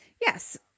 yes